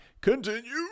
Continue